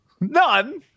none